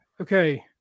Okay